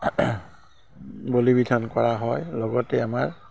বলি বিধান কৰা হয় লগতে আমাৰ